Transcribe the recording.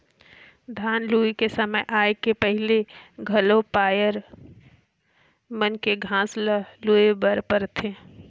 धान लूए के समे आए ले पहिले घलो पायर मन के घांस ल लूए बर परथे